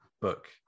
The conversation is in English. book